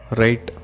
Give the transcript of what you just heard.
right